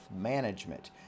management